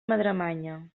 madremanya